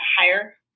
hire